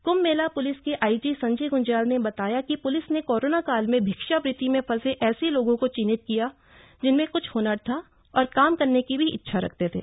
Kumbh Mela police के IG Sanjay Gunjyal ने बताया कि प्लिस ने कोरोना काल में भिक्षावृत्ति में फंसे ऐसे लोगों को चिन्हित किया जिनमें क्छ हनर था और काम करने की भी इच्छा रखते थे